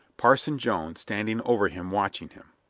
parson jones standing over him watching him.